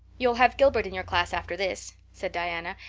you'll have gilbert in your class after this, said diana,